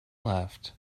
left